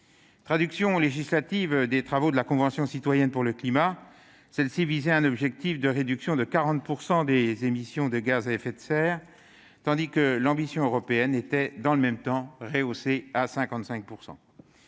Traduction législative des travaux de la Convention citoyenne pour le climat, la loi Climat et résilience visait un objectif de réduction de 40 % des émissions de gaz à effet de serre, tandis que l'ambition européenne était, dans le même temps, rehaussée à 55 %.